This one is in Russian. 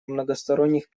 многосторонних